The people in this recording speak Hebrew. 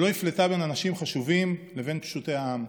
שלא הפלתה בין אנשים חשובים לבין פשוטי העם,